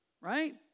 Right